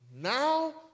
Now